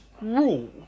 rule